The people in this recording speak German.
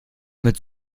mit